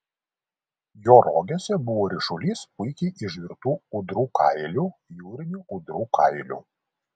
jo rogėse buvo ryšulys puikiai išdirbtų ūdrų kailių jūrinių ūdrų kailių